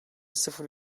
sıfır